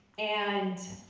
and